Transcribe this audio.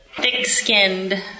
Thick-skinned